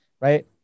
right